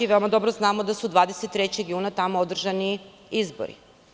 Mi veoma dobro znamo da su 23. juna tamo održani izbori.